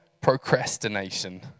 procrastination